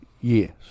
Yes